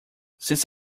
since